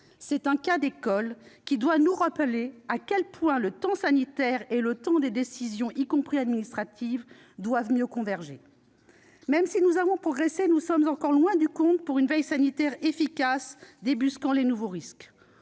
Ce cas d'école doit nous rappeler à quel point temps sanitaire et temps des décisions, y compris administratives, doivent mieux converger. Même si nous avons progressé, nous sommes encore loin du compte pour une veille sanitaire efficace débusquant les nouveaux risques.